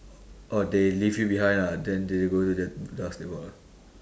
oh they leave you behind ah then they go to that basketball ah